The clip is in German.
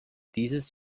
dieses